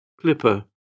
Clipper